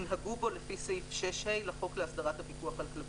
ינהגו בו לפי סעיף 6(ה) לחוק להסדרת הפיקוח על כלבים".